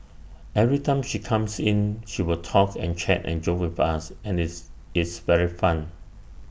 every time she comes in she will talk and chat and joke with us and it's it's very fun